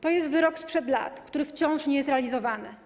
To jest wyrok sprzed lat, który wciąż nie jest realizowany.